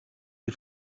die